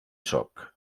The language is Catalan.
sóc